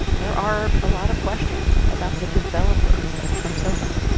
there are a lot of questions about the developers of trump soho.